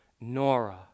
Nora